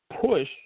push